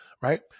right